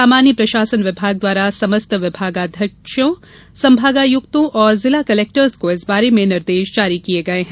सामान्य प्रशासन विभाग द्वारा समस्त विभागाध्यक्षों संभागायुक्तों एवं जिला कलेक्टर्स को इस बारे में निर्देश जारी किये गये हैं